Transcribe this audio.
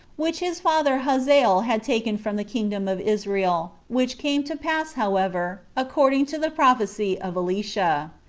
which his father hazael had taken from the kingdom of israel, which came to pass, however, according to the prophecy of elisha.